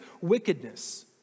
wickedness